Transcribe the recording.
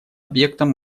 объектом